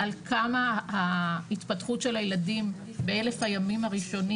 על כמה ההתפתחות של הילדים ב-1000 הימים הראשונים